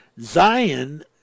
Zion